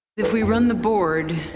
if we run the board,